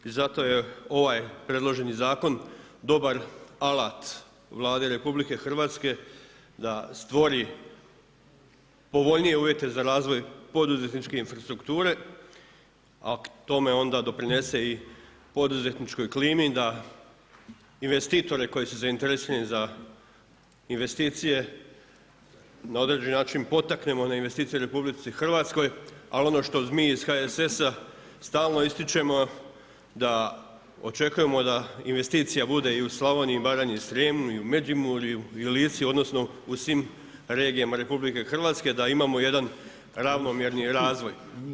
I zato je ovaj predloženi zakon, dobar alat Vlade RH, da stvori povoljnije uvijete za razvoj poduzetničke infrastrukture, a k tome onda doprinese i poduzetničkoj klimi, da investitore koji su zainteresirani za investicije, na određeni način potaknemo na investicije u RH, ali ono što mi iz HSS-a stalno ističemo, da očekujmo da investicija bude i u Slavoniji, Baranji i Srijemu i u Međimurju i u Lici, odnosno, u svim regijama RH, da imamo jedan ravnomjerni razvoj.